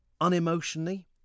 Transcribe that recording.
unemotionally